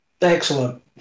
Excellent